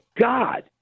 God